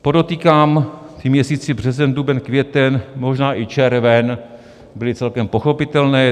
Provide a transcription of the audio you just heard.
Podotýkám, ty měsíce březen, duben, květen, možná i červen, byly celkem pochopitelné.